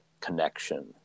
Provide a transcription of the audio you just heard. connection